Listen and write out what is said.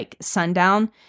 sundown